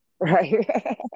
Right